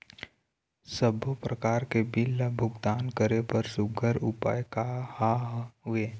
सबों प्रकार के बिल ला भुगतान करे बर सुघ्घर उपाय का हा वे?